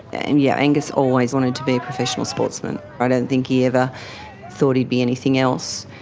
and yeah angus always wanted to be a professional sportsman, i don't think he ever thought he'd be anything else,